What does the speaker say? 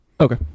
Okay